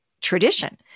tradition